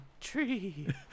tree